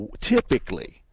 Typically